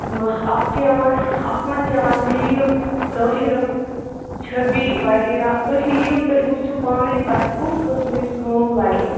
اتھ چھِ یوان اتھ مَنٛز چھِ یوان میٖل تٔہرٕ چھبی وغیرہ تُہۍ یِیِو تُہۍ وچھو پانے تۄہہِ کُس قسمچ کٲم لَگیٚو